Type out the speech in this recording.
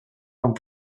amb